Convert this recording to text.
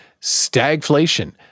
stagflation